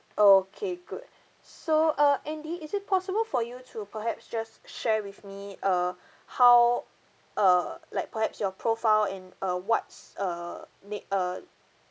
okay good so uh andy is it possible for you to perhaps just share with me err how err like perhaps your profile and uh what's err need err